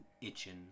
itching